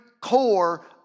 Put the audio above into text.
core